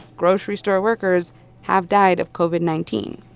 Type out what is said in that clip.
grocery store workers have died of covid nineteen.